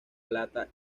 plata